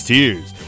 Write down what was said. Tears